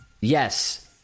Yes